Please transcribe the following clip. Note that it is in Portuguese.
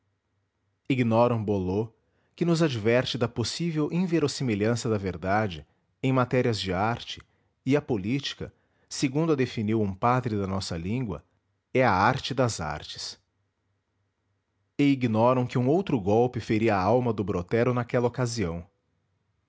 ignoram boileau que nos adverte da possível inverosimilhança da verdade em matérias de arte e a política segundo a definiu um padre da nossa língua é a arte das artes e ignoram que um outro golpe feria a alma do brotero naquela ocasião